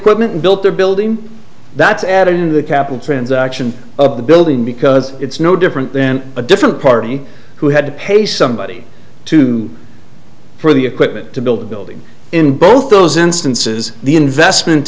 equipment and built the building that's added in the capital transaction of the building because it's no different then a different party who had to pay somebody to for the equipment to build a building in both those instances the investment